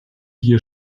hier